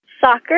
soccer